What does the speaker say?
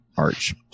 arch